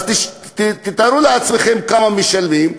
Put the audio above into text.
תתארו לעצמכם כמה משלמים,